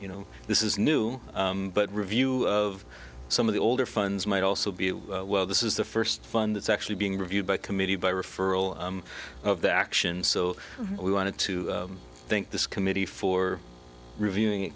you know this is new but review of some of the older funds might also be well this is the first fund that's actually being reviewed by committee by referral of the action so we wanted to think this committee for reviewing it